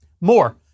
More